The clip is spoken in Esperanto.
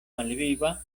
malviva